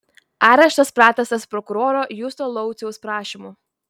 areštas pratęstas prokuroro justo lauciaus prašymu